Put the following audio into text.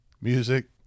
Music